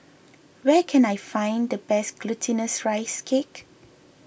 where can I find the best Glutinous Rice Cake